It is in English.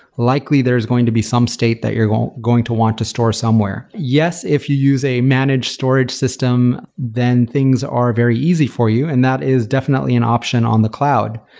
likely, there's going to be some state that you're going going to want to store somewhere. yes, if you use a managed storage system, then things are very easy for you, and that is definitely an option on the cloud.